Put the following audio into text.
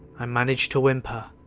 i managed to whimper,